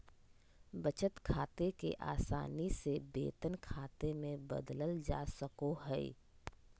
बचत खाते के आसानी से वेतन खाते मे बदलल जा सको हय